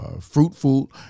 fruitful